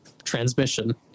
transmission